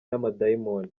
n’amadayimoni